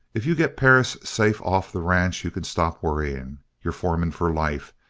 if you get perris safe off the ranch you can stop worrying. you're foreman for life!